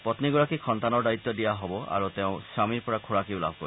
পপ্পীগৰাকীক সন্তানৰ দায়িত্ব দিয়া হ'ব আৰু তেওঁ স্বামীৰ পৰা খোৰাকিও লাভ কৰিব